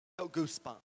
Goosebumps